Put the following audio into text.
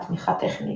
תמיכה תוכנית,